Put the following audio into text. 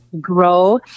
grow